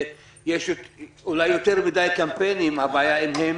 יש אולי יותר מדי קמפיינים, הבעיה היא אם הם